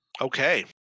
Okay